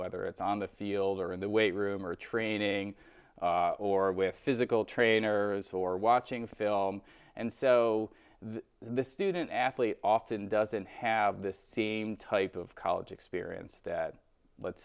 whether it's on the field or in the weight room or training or with physical trainers or watching film and so the student athlete often doesn't have this team type of college experience that let's